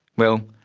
well,